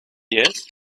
years